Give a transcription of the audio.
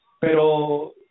Pero